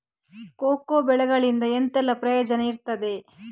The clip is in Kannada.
ಕೋಕೋ ಬೆಳೆಗಳಿಂದ ಎಂತೆಲ್ಲ ಪ್ರಯೋಜನ ಇರ್ತದೆ?